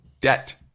debt